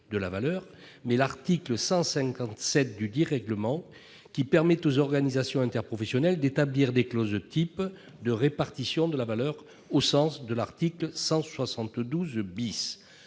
de la valeur, mais l'article 157 dudit règlement, qui permet aux organisations interprofessionnelles d'établir des clauses types de répartition de la valeur au sens de l'article 172 .